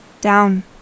Down